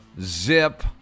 Zip